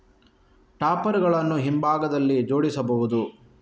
topper ಗಳನ್ನು ಹಿಂಭಾಗದಲ್ಲಿ ಜೋಡಿಸಬಹುದು